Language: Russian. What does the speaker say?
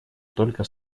только